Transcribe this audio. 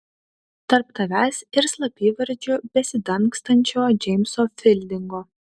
tarp tavęs ir slapyvardžiu besidangstančio džeimso fildingo